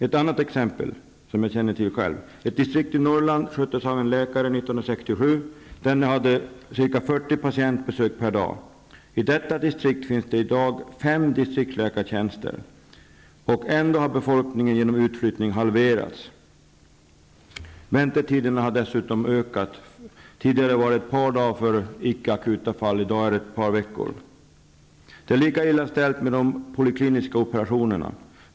Ett annat exempel som jag känner till själv: Ett distrikt i Norrland sköttes 1967 av en läkare, som hade ca 40 patientbesök per dag. I detta distrikt finns det i dag fem distriktsläkartjänster. Ändå har befolkningen halverats genom utflyttning. Väntetiderna har dessutom ökat. Tidigare var väntetiden ett par dagar för icke akuta fall. I dag är den ett par veckor. Det är lika illa ställt med de polykliniska operationerna.